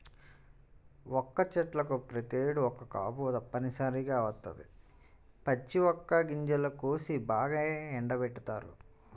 వక్క చెట్లకు ప్రతేడు ఒక్క కాపు తప్పనిసరిగా వత్తది, పచ్చి వక్క గింజలను కోసి బాగా ఎండబెడతారు